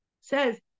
says